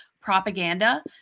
propaganda